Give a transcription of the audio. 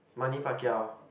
Manny Pacquiao